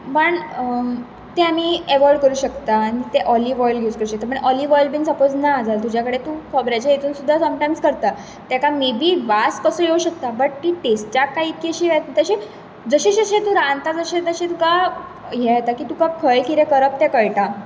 पण ते आमी अवॉयड करुंक शकतात आनी ते ऑलिव ऑयल यूज करुंक शकतात आनी ऑलिव ऑयल बिन सपोज ना जाल्यार तुज्या कडेन तूं खोबऱ्याचे हेतुन सुद्दां समटायम्स करता तेका मे बी वास तसो येवंक शकता बट ती टेस्टाक कांय इतकिशी तशें जशे जशें तूं रांदता तशें तशें तुकां हे येता की तुकां खंय कितें करप तें कळटा